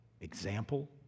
example